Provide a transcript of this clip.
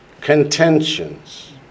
Contentions